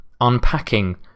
unpacking